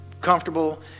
comfortable